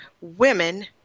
women